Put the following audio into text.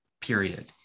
Period